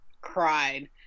cried